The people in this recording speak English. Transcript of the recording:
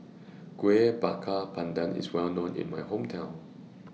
Kueh Bakar Pandan IS Well known in My Hometown